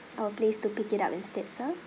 our place to pick it up instead sir